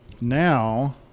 now